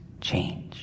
change